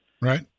Right